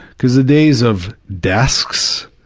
cause the days of desks,